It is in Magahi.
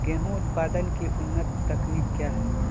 गेंहू उत्पादन की उन्नत तकनीक क्या है?